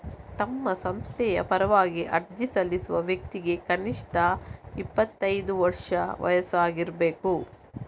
ತಮ್ಮ ಸಂಸ್ಥೆಯ ಪರವಾಗಿ ಅರ್ಜಿ ಸಲ್ಲಿಸುವ ವ್ಯಕ್ತಿಗೆ ಕನಿಷ್ಠ ಇಪ್ಪತ್ತೈದು ವರ್ಷ ವಯಸ್ಸು ಆಗಿರ್ಬೇಕು